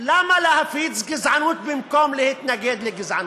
למה להפיץ גזענות במקום להתנגד לגזענות?